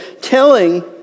telling